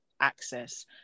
access